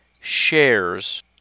shares